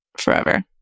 forever